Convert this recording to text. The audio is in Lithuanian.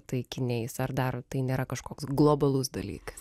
taikiniais ar dar tai nėra kažkoks globalus dalykas